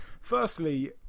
Firstly